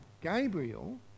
Gabriel